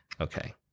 Okay